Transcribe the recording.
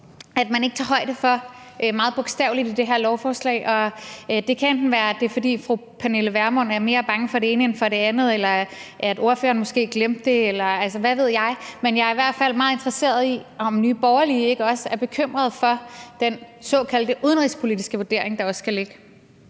at man ikke tager højde for det meget bogstaveligt i det her lovforslag. Det kan enten være, at det var, fordi fru Pernille Vermund er mere bange for det ene end for det andet, eller fordi ordføreren måske glemte det, eller hvad ved jeg, men jeg er i hvert fald meget interesseret i, om Nye Borgerlige ikke også er bekymrede for den såkaldte udenrigspolitiske vurdering, der også skal ligge.